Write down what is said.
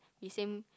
we same